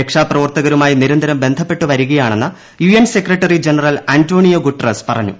രക്ഷാപ്രവർത്തകരുമായി നിരന്തരം ബ്രസ്ഡപ്പെട്ടുവരികയാണെന്ന് U N secretary general Antonio Guterres പറഞ്ഞു